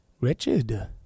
Wretched